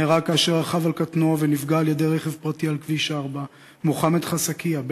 נהרג כאשר רכב על קטנוע ונפגע על-ידי רכב פרטי על כביש 4. מוחמד חאסקיה,